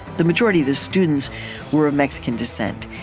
the majority of the students were of mexican descent.